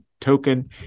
token